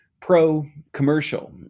pro-commercial